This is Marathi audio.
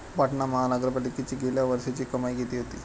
पाटणा महानगरपालिकेची गेल्या वर्षीची कमाई किती होती?